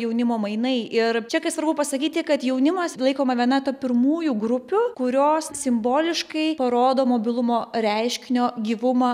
jaunimo mainai ir čia kaip svarbu pasakyti kad jaunimas laikoma viena ta pirmųjų grupių kurios simboliškai parodo mobilumo reiškinio gyvumą